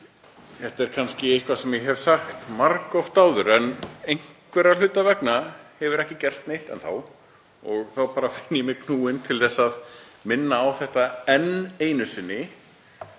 Þetta er eitthvað sem ég hef sagt margoft áður en einhverra hluta vegna hefur ekkert gerst neitt enn þá og þá finn ég mig knúinn til að minna á þetta enn einu sinni